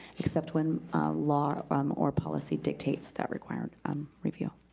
except when law or um or policy dictates that require and um review